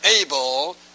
able